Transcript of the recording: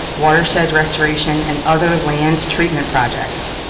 watershed restoration and other land treatment projects.